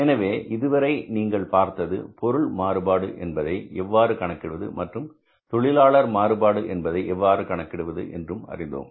எனவே இதுவரை நீங்கள் பார்த்தது பொருள் மாறுபாடு என்பதை எவ்வாறு கணக்கிடுவது மற்றும் தொழிலாளர் மாறுபாடு என்பதை எவ்வாறு கணக்கிடுவது என்றும் அறிந்தோம்